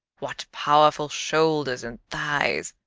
what powerful shoulders and thighs!